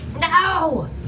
No